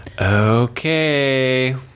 Okay